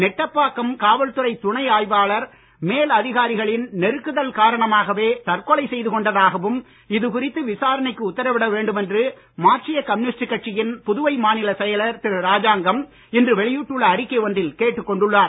நெட்டப்பாக்கம் காவல்துறை துணை ஆய்வாளர் மேல் அதிகாரிகளின் நெருக்குதல் காரணமாகவே தற்கொலை செய்துகொண்டதாகவும் இதுகுறித்து விசாரணைக்கு உத்தரவிட வேண்டுமென்று மார்க்சீய கம்யூனிஸ்ட் கட்சியின் புதுவை மாநிலச் செயலர் திரு ராஜாங்கம் இன்று வெளியிட்டுள்ள அறிக்கை ஒன்றில் கேட்டுக் கொண்டுள்ளார்